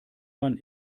man